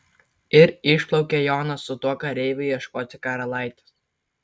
ir išplaukė jonas su tuo kareiviu ieškoti karalaitės